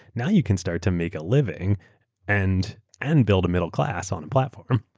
now you can start to make a living and and build a middle class on a platform.